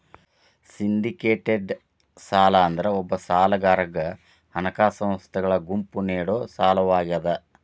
syndicated ಸಾಲ ಅಂದ್ರ ಒಬ್ಬ ಸಾಲಗಾರಗ ಹಣಕಾಸ ಸಂಸ್ಥೆಗಳ ಗುಂಪು ನೇಡೊ ಸಾಲವಾಗ್ಯಾದ